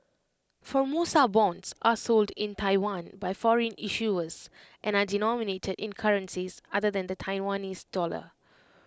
Formosa Bonds are sold in Taiwan by foreign issuers and are denominated in currencies other than the Taiwanese dollar